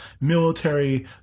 military